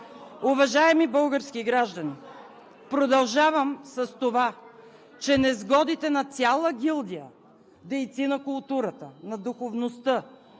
Уважаеми български граждани, продължавам с това, че несгодите на цяла гилдия дейци на културата, на духовността,